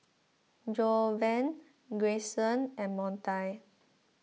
Jovan Grayson and Montie